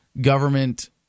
government